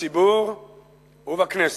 בציבור ובכנסת.